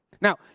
Now